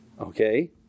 Okay